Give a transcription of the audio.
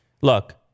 look